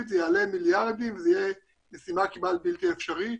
זה יעלה מיליארדים ויהיה משימה כמעט בלתי אפשרית